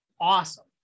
awesome